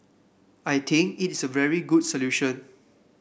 I think it's a very good solution